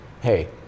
hey